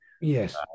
Yes